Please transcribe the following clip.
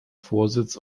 vorsitz